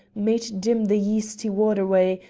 made dim the yeasty waterway,